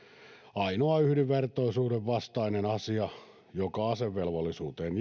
ainoa yhdenvertaisuuden vastainen asia joka asevelvollisuuteen